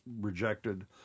rejected